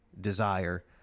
desire